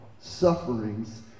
sufferings